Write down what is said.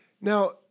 Now